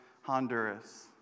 Honduras